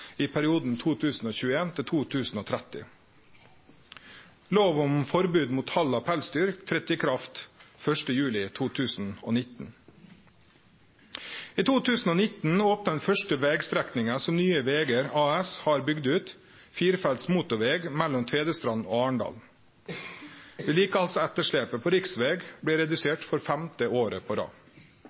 Lov om forbod mot hald av pelsdyr tredde i kraft 1. juli 2019. I 2019 opna den første vegstrekninga som Nye Vegar AS har bygd ut, firefelts motorveg mellom Tvedestrand og Arendal. Vedlikehaldsetterslepet på riksveg blir redusert for femte år på rad.